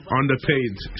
underpaid